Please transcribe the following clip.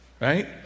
Right